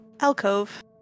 alcove